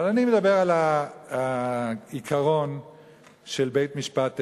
אבל אני מדבר על העיקרון של בית-משפט עליון.